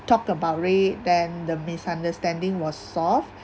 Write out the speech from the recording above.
talk about it then the misunderstanding was solved